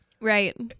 Right